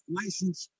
license